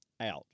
out